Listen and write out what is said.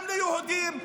גם ליהודים,